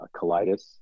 colitis